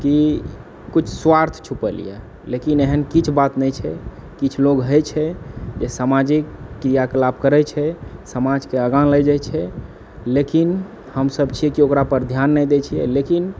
कि कुछ स्वार्थ छुपल यऽ लेकिन एहन किछु बात नहि छै किछु लोक होइत छै जे सामाजिक क्रियाकलाप करैत छै समाजके आगाँ लए जाए छै लेकिन हमसब छिए कि ओकरापर ध्यान नहि दए छिऐ लेकिन